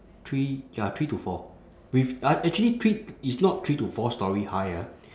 three ya three to four with uh actually three it's not three to four storey high ah